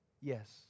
yes